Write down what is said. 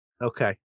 Okay